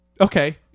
Okay